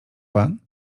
pan